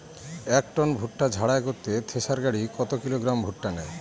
এক টন ভুট্টা ঝাড়াই করতে থেসার গাড়ী কত কিলোগ্রাম ভুট্টা নেয়?